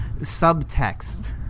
subtext